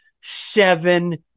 seven